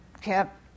kept